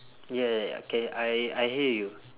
ya ya ya K I I hear you